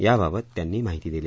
याबाबत त्यांनी माहिती दिली